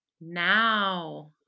now